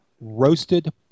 roasted